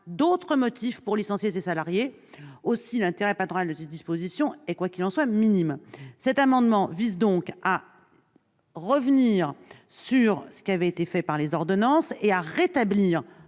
d'autres motifs pour licencier ces salariés. Aussi, l'intérêt patronal de ces dispositions est, quoi qu'il en soit, minime. Cet amendement vise donc à revenir sur ce qui avait été décidé au travers des ordonnances et à rétablir,